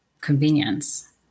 convenience